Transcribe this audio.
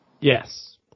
Yes